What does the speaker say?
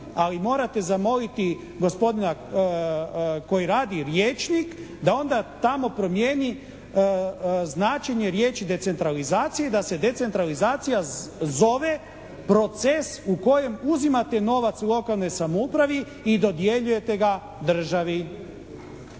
ali morate zamoliti gospodina koji radi rječnik da onda tamo promijeni značenje riječi decentralizacija i da se decentralizacija zove proces u kojem uzimate novac u lokalnoj samoupravi i dodjeljujete ga državi.